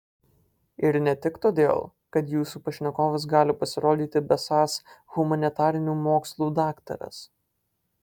ir ne tik todėl kad jūsų pašnekovas gali pasirodyti besąs humanitarinių mokslų daktaras